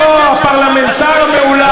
אוה, הפרלמנטר המהולל.